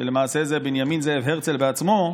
שלמעשה זה בנימין זאב הרצל בעצמו,